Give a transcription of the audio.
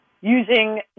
using